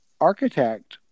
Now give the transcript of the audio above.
architect